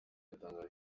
yatangaje